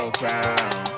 crown